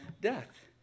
death